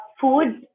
food